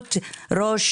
מהתפטרות ראש